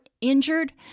injured